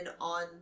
on